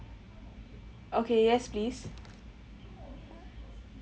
okay yes please